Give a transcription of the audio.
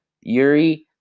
Yuri